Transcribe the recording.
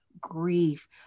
grief